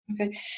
Okay